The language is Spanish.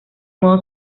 modo